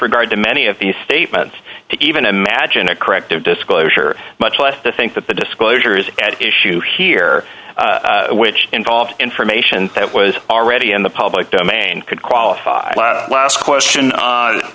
regard to many of these statements even imagine a corrective disclosure much less think that the disclosures at issue here which involved information that was already in the public domain could qualify last question on